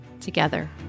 together